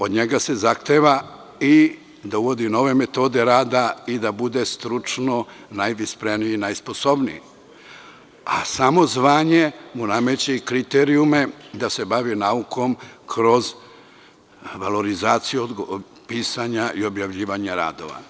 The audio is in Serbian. Od njega se zahteva i da uvodi nove metode rada i da bude stručno najvispreniji, najsposobniji, a samo zvanje nameće i kriterijume da se bavi naukom kroz valorizaciju pisanja i objavljivanja radova.